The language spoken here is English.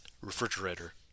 refrigerator